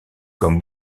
comme